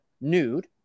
nude